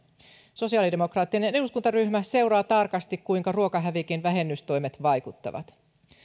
sosiaalidemokraattinen eduskuntaryhmä seuraa tarkasti kuinka ruokahävikin vähennystoimet vaikuttavat